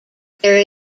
there